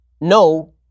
No